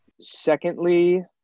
Secondly